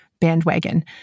bandwagon